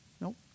Nope